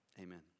amen